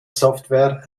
software